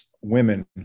women